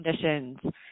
conditions